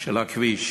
של הכביש.